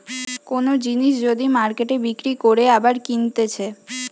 কোন জিনিস যদি মার্কেটে বিক্রি করে আবার কিনতেছে